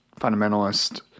fundamentalist